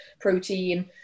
protein